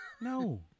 No